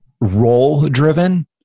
role-driven